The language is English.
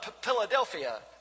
Philadelphia